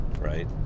right